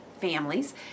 families